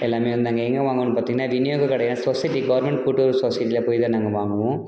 எல்லாம் வந்து நாங்கள் எங்கே வாங்குவோம்னு பார்த்தீங்கன்னா விநியோகக் கடையா சொசைட்டி கவர்மெண்ட் கூட்டுறவு சொசைட்டியில் போய் தான் நாங்கள் வாங்குவோம்